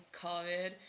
COVID